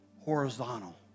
horizontal